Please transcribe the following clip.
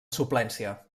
suplència